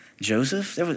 Joseph